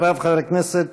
אחריו, חבר הכנסת